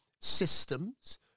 systems